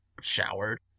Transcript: showered